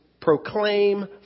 proclaim